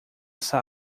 essa